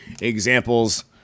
examples